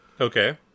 Okay